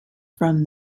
from